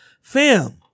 Fam